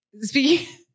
Speaking